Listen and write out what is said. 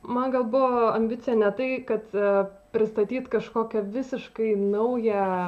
man gal buvo ambicija ne tai kad pristatyt kažkokią visiškai naują